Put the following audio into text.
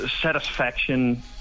satisfaction